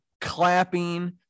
clapping